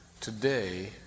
Today